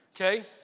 Okay